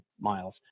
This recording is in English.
miles